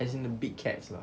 as in the big cats lah